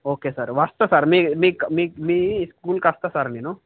okay sir వస్తాను sir మీ స్కూల్కి వస్తాను సార్ నేను